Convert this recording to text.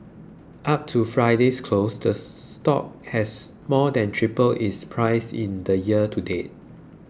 up to Friday's close the stock has more than tripled its price in the year to date